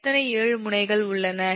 எத்தனை 7 முனைகள் உள்ளன